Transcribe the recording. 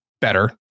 better